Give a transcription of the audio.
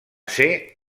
ser